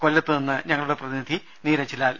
കൊല്ലത്തു നിന്ന് ഞങ്ങളുടെ പ്രതിനിധി നീരജ്ലാൽ